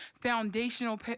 foundational